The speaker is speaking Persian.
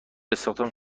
استخدام